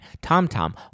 TomTom